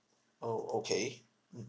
oh okay